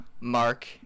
Mark